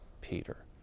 Peter